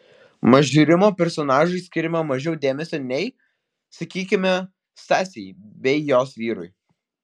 mažrimo personažui skiriama mažiau dėmesio nei sakykime stasei bei jos vyrui